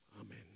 Amen